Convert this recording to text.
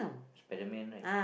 Spiderman right